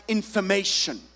information